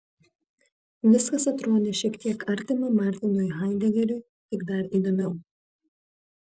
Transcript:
viskas atrodė šiek tiek artima martinui haidegeriui tik dar įdomiau